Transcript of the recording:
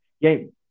game